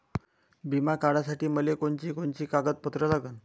बिमा काढासाठी मले कोनची कोनची कागदपत्र लागन?